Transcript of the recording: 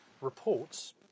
reports